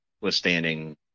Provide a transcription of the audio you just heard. withstanding